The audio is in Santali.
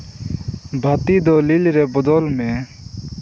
ᱵᱟᱹᱛᱤ ᱫᱚ ᱞᱤᱞ ᱨᱮ ᱵᱚᱫᱚᱞ ᱢᱮ